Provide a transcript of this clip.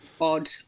odd